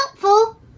helpful